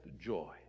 joy